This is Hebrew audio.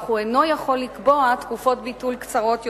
אך הוא אינו יכול לקבוע תקופות ביטול קצרות יותר.